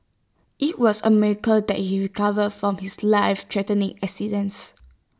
IT was A miracle that he recovered from his lifethreatening accidents